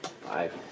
Five